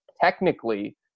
technically